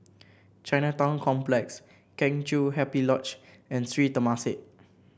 Chinatown Complex Kheng Chiu Happy Lodge and Sri Temasek